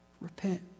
Repent